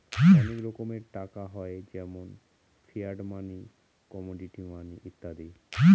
অনেক রকমের টাকা হয় যেমন ফিয়াট মানি, কমোডিটি মানি ইত্যাদি